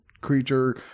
creature